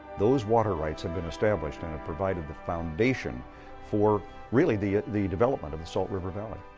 those water rights have been established and and provided the foundation for really the the development of the salt river valley.